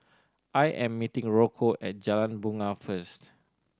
I am meeting Rocco at Jalan Bungar first